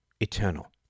eternal